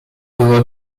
było